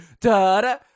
Da-da